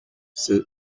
c’est